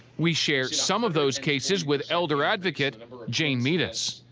we share some of those cases with elder advocate jane meadus.